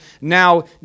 now